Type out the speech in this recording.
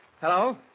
Hello